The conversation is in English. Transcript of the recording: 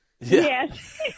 Yes